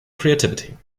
creativity